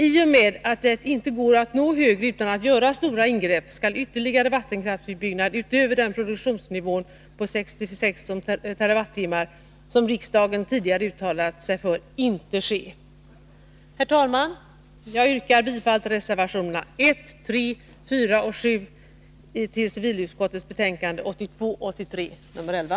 I och med att det inte går att nå högre utan att göra stora ingrepp skall ytterligare vattenkraftsutbyggnad utöver den produktionsnivå på 66 TWh som riksdagen tidigare uttalat sig för inte ske. Herr talman! Jag yrkar bifall till reservationerna 1, 3, 4 och 7 vid civilutskottets betänkande 1982/83:11.